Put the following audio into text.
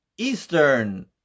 eastern